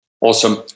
Awesome